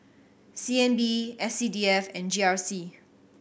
C N B S C D F and G R C